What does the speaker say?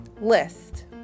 list